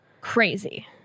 Crazy